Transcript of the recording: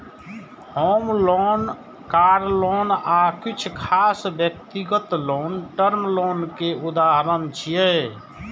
होम loan, car loan आ किछु खास व्यक्तिगत लोन टर्म लोन के उदाहरण छियै